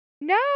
No